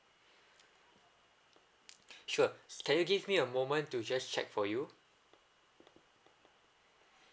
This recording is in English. sure can you give me a moment to just check for you